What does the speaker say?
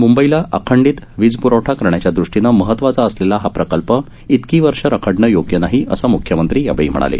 मूंबईला अखंडित वीजप्रवठा करण्याच्या दृष्टीनं महत्वाचा असलेला हा प्रकल्प इतकी वर्षे रखडणं योग्य नाही असं म्ख्यमंत्री यावेळी म्हणाले